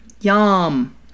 Yum